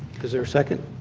is there second?